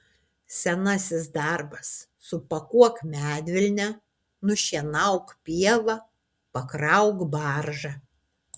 senasis darbas supakuok medvilnę nušienauk pievą pakrauk baržą